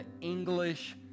English